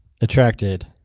attracted